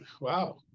Wow